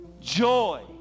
joy